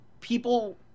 people